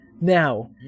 Now